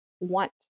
want